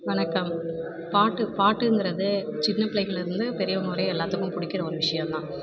வணக்கம் பாட்டு பாட்டுங்கிறது சின்ன பிள்ளைங்கள்லருந்து பெரியவங்க வரையும் எல்லாத்துக்கும் பிடிக்கிற ஒரு விஷயம் தான்